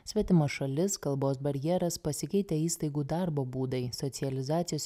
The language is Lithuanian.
svetima šalis kalbos barjeras pasikeitę įstaigų darbo būdai socializacijos